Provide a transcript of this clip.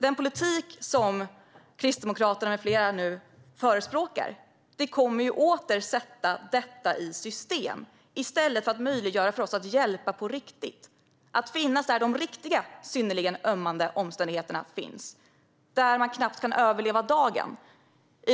Den politik som Kristdemokraterna med flera förespråkar kommer åter att sätta detta i system i stället för att möjliggöra för oss att hjälpa på riktigt och finnas där de riktiga synnerligen ömmande omständigheterna finns, där man knappt kan överleva dagen.